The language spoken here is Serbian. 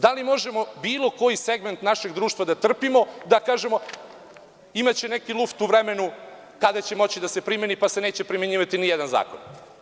Da li možemo bilo koji segment našeg društva da trpimo, da kažemo imaće neki luft u vremenu kada će moći da se primeni pa se neće primenjivati ni jedan zakon?